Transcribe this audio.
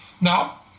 Now